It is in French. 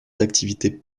d’activité